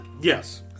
Yes